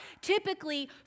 typically